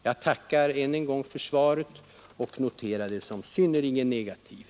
Jag tackar än en gång för svaret som jag noterar såsom synnerligen negativt.